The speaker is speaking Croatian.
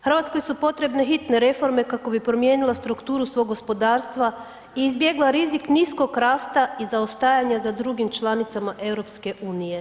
Hrvatskoj su potrebne hitne reforme kako bi promijenila strukturu svog gospodarstva i izbjegla rizik niskog rasta i zaostajanja za drugim članicama EU.